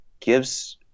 gives